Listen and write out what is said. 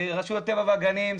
רשות הטבע והגנים,